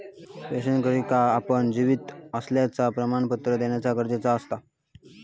पेंशनरका आपण जिवंत असल्याचा प्रमाणपत्र देना गरजेचा असता